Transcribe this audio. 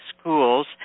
schools